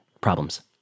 problems